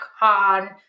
on